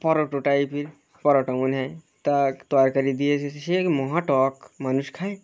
পরোটা টাইপের পরোটা মনে হয় তা তরকারি দিয়ে এসেছে সে এক মহা টক মানুষ খায়